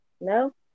No